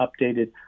updated